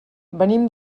venim